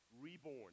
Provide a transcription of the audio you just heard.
Reborn